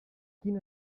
quin